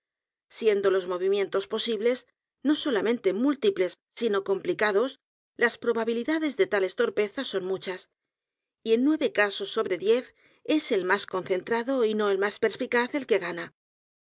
siendo ios movimientos posibles no solamente múltiples sino complicados las probabilidades de tales torpezas son m u c h a s y en nueve casos sobre diez es el más concentrado y no el más perspicaz el que gana